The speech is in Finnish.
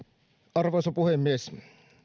arvoisa puhemies